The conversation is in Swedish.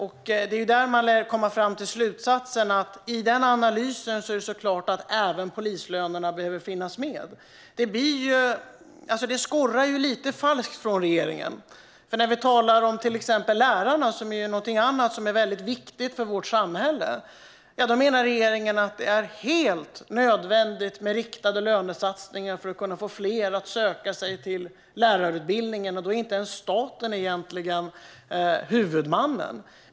I analysen av det lär man komma fram till slutsatsen att det är klart att polislönerna behöver finnas med som en faktor. Det skorrar lite falskt från regeringen, för när vi talar om till exempel lärarna, som också är väldigt viktiga för vårt samhälle, menar regeringen att det är helt nödvändigt med riktade lönesatsningar för att kunna få fler att söka sig till lärarutbildningen, och då är staten egentligen inte ens huvudmannen.